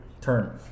turn